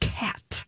cat